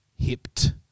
hipped